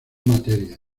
materia